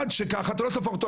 אחד שככה אתה לא תהפוך אותו,